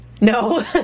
No